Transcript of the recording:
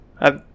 I